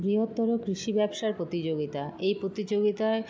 বৃহত্তর কৃষি ব্যবসার প্রতিযোগিতা এই প্রতিযোগিতায়